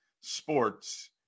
sports